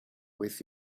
with